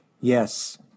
Yes